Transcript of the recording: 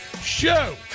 show